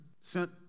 sent